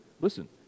listen